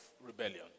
rebellion